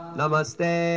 Namaste